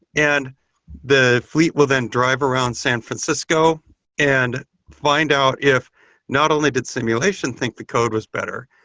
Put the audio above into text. and the fleet will then drive around san francisco and find out if not only did simulation think the code was better.